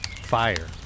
Fire